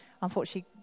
unfortunately